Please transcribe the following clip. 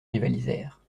rivalisèrent